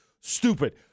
Stupid